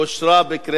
נתקבל.